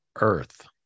Earth